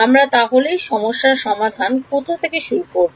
আমরা তাহলেই সমস্যার সমাধান কোথা থেকে শুরু করব